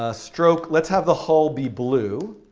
ah stroke let's have the hull be blue.